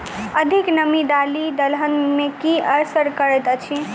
अधिक नामी दालि दलहन मे की असर करैत अछि?